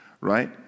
right